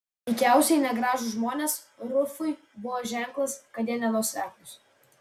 veikiausiai negražūs žmonės rufui buvo ženklas kad jie nenuoseklūs